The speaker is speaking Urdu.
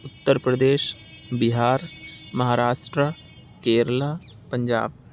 اتر پردیش بہار مہاراشٹر کیرلا پنجاب